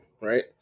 right